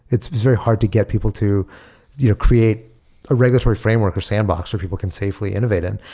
it's very hard to get people to you know create a regularity framework or sandbox where people can safely innovate in.